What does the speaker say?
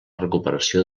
recuperació